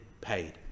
paid